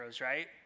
right